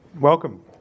Welcome